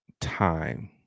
Time